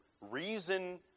reason